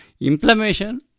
Inflammation